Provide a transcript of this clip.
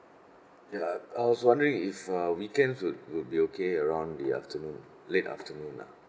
ya I was wondering if uh weekends will will be okay around the afternoon late afternoon lah